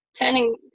turning